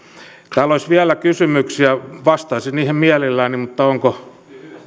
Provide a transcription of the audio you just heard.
täällä olisi vielä kysymyksiä ja vastaisin niihin mielelläni mutta onko